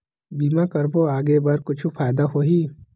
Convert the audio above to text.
बीमा करबो आगे बर कुछु फ़ायदा होही?